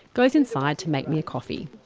goes inside to make me a coffee.